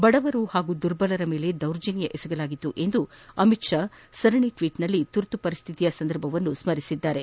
ಬಡವರು ಹಾಗೂ ದುರ್ಬಲರ ಮೇಲೆ ದೌರ್ಜನ್ನ ಎಸಗಲಾಗಿತ್ತು ಎಂದು ಅಮಿತ್ ಶಾ ಸರಣಿ ಟ್ನೀಟ್ನಲ್ಲಿ ತುರ್ತು ಪರಿಸ್ನಿತಿಯ ದಿನಗಳನ್ನು ಸ್ಥರಿಸಿದ್ದಾರೆ